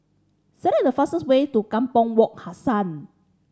select the fastest way to Kampong Wak Hassan